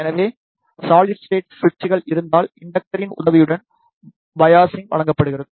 எனவே solid state சுவிட்சுகள் இருந்தால் இண்டக்டரின் உதவியுடன் பையாஸ்சிங் வழங்கப்படுகிறது